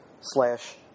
slash